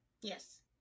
Yes